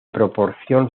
proporción